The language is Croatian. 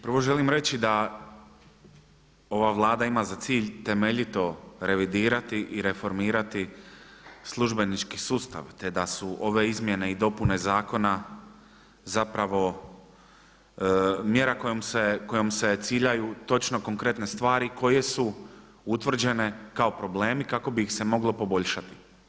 Prvo želim reći da ova Vlada ima za cilj temeljito revidirati i reformirati službenički sustav, te da su ove izmjene i dopune zakona zapravo mjera kojom se ciljaju točno konkretne stvari koje su utvrđene kao problemi kako bi ih se moglo poboljšati.